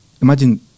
imagine